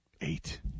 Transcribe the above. Eight